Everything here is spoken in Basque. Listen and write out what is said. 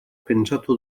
pentsatu